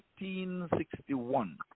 1861